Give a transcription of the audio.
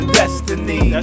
destiny